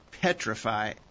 petrify